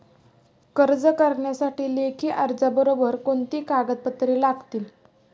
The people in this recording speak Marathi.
कर्ज करण्यासाठी लेखी अर्जाबरोबर कोणती कागदपत्रे लागतील?